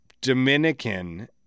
dominican